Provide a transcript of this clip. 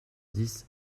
dix